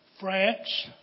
France